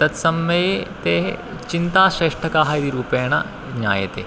तत्ससये ते चिन्ता श्रेष्ठकाः इति रूपेण ज्ञायते